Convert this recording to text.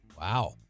Wow